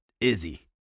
Izzy